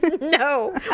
No